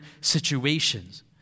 situations